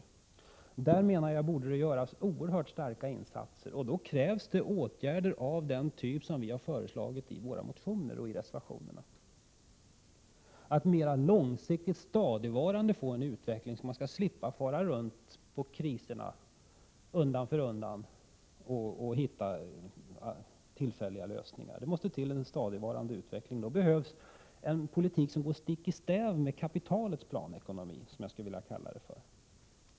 I Skinnskatteberg, menar jag, borde göras oerhört starka insatser, och då krävs åtgärder av den typ vi har föreslagit i våra motioner och i reservationerna. Det behövs en långsiktigt stadigvarande utveckling, så att man slipper fara runt på krisorterna undan för undan och hitta tillfälliga lösningar. Då behövs en politik som går stick i stäv med kapitalets planekonomi, som jag skulle vilja kalla det.